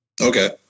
okay